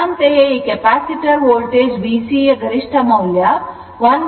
ಅಂತೆಯೇ ಈ capacitor voltage VC ಯ ಗರಿಷ್ಠ ಮೌಲ್ಯ 127